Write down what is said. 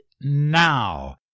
now